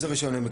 אוקיי.